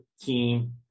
team